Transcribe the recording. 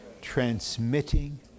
transmitting